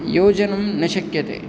योजनं न शक्यते